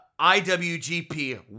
IWGP